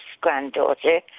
granddaughter